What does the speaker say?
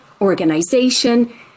organization